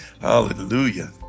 Hallelujah